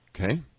Okay